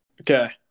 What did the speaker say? Okay